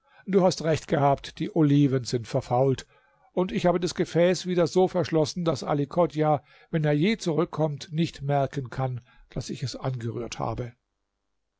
du hast recht gehabt die oliven sind verfault und ich habe das gefäß wieder so verschlossen daß ali chodjah wenn er je zurückkommt nicht merken kann daß ich es angerührt habe